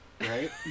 right